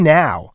now